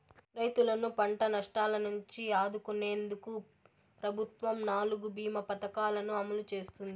రైతులను పంట నష్టాల నుంచి ఆదుకునేందుకు ప్రభుత్వం నాలుగు భీమ పథకాలను అమలు చేస్తోంది